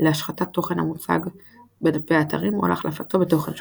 להשחתת תוכן המוצג בדפי האתרים או להחלפתו בתוכן שונה.